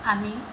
আমি